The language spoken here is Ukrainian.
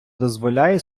дозволяє